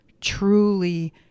truly